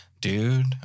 dude